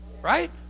Right